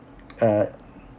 uh